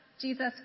Jesus